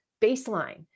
Baseline